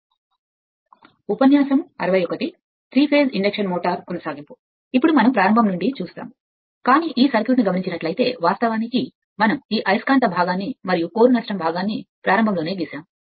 కాబట్టి ఇప్పుడు మనం ప్రారంభం నుండి చూస్తాము కానీ ఈ సర్క్యూట్ చూస్తే ఈ సర్క్యూట్ సరేనా ఈ సర్క్యూట్ వాస్తవానికి మనం ఈ అయస్కాంత భాగాన్ని మరియు నష్టం భాగాన్ని ప్రారంభంలో తీసుకువచ్చాము అవునా